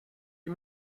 you